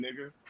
nigger